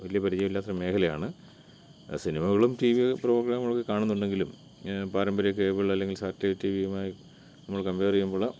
വലിയ പരിചയമില്ലാത്ത മേഖലയാണ് സിനിമകളും ടി വി പ്രോഗ്രാമുകളൊക്കെ കാണുന്നുണ്ടെങ്കിലും പരമ്പര്യ കേബിൾ അല്ലെങ്കിൽ സാറ്റലൈറ്റ് ടി വിയുമായി നമ്മള് കംപേറീയ്യുമ്പോള്